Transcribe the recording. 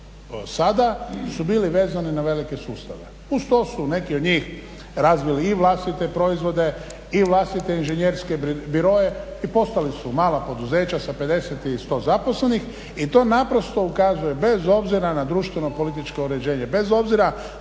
sada su bili vezani na velike sustave. Uz to su neki od njih razvili i vlastite proizvode i vlastite inženjerske biroe i postali su mala poduzeća sa 50 i 100 zaposlenih i to naprosto ukazuje bez obzira na društveno političko uređenje, bez obzira da